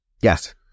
Yes